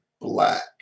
black